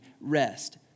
rest